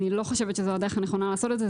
אני לא חושבת שזו הדרך הנכונה לעשות את זה.